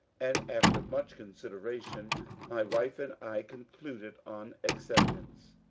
and after much consider ation my wife and i concluded on acceptance.